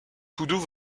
toudoux